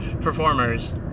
performers